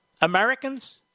Americans